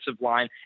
line